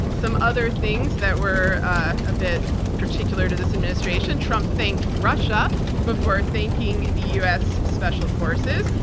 some other things that were a bit particular to this administration trump thanked russia before thanking the u. s. special forces.